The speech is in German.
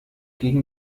gegen